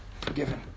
forgiven